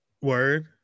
word